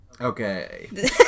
Okay